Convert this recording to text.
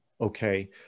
okay